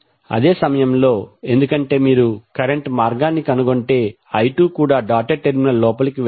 అదే సమయంలో ఎందుకంటే మీరు కరెంట్ మార్గాన్ని కనుగొంటే I2 కూడా డాటెడ్ టెర్మినల్ లోపలికి వెళుతుంది